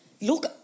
look